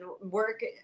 work